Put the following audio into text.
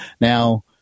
Now